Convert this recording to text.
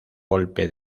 golpe